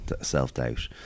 self-doubt